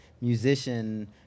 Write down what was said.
musician